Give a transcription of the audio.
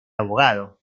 abogado